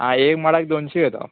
आं एक माडाक दोनशी येता